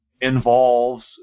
involves